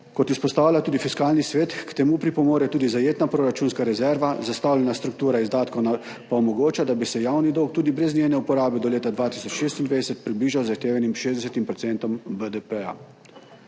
Kot izpostavlja tudi Fiskalni svet, k temu pripomore tudi zajetna proračunska rezerva, zastavljena struktura izdatkov pa omogoča, da bi se javni dolg tudi brez njene uporabe do leta 2026 približal zahtevanim 60 % BDP.